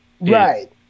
Right